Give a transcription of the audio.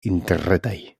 interretaj